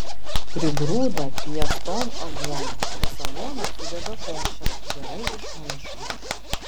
prigrūda pieston aguonų tas aguonas sudeda košėn gerai išmaišo